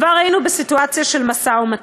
כבר היינו בסיטואציה של משא-ומתן.